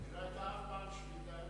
אף פעם לא היתה שביתה,